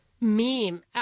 Meme